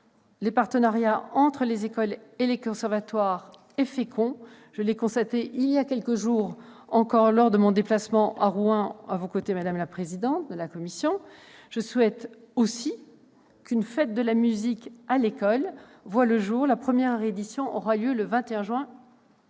Les partenariats entre les écoles et les conservatoires sont féconds, je l'ai constaté récemment encore lors de mon déplacement à Rouen à vos côtés, madame la présidente de la commission de la culture. Je souhaite aussi qu'une Fête de la musique à l'école voie le jour, dont la première édition aura lieu le 21 juin